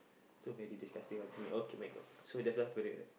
so very disgusting ah to me okay my god so just ask for it right